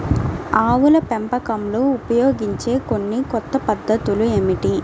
ఆవుల పెంపకంలో ఉపయోగించే కొన్ని కొత్త పద్ధతులు ఏమిటీ?